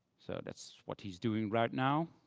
so that's what he's doing right now.